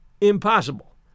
Impossible